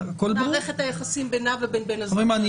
מערכת היחסים בינה לבין בן הזוג --- אני